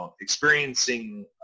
experiencing